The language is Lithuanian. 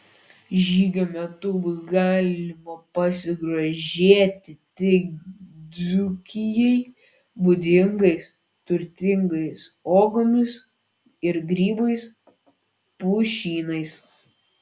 žygio metu bus galima pasigrožėti tik dzūkijai būdingais turtingais uogomis ir grybais pušynais